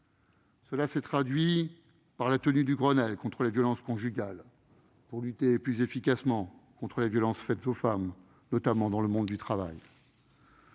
Cela s'est traduit par la tenue du Grenelle des violences conjugales, destiné à lutter plus efficacement contre les violences faites aux femmes, notamment dans le monde du travail.